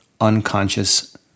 unconscious